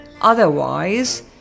otherwise